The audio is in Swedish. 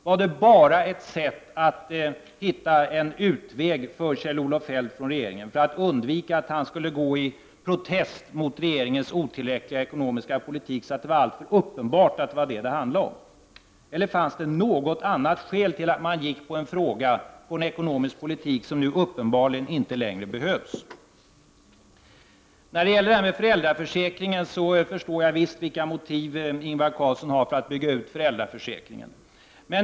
Var den bara ett sätt att hitta en utväg för att inte Kjell-Olof Feldt skulle avgå ur regeringen i protest mot regeringens otillräckliga ekonomiska politik? Det var i så fall uppenbart att det var detta som det handlade om. Eller fanns det andra skäl till att man drev en ekonomisk politik som uppenbarligen inte längre behövs? Vad så gäller föräldraförsäkringen förstår jag visst vilka motiv som Ingvar Carlsson har för att bygga ut den.